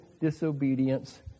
disobedience